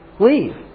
Leave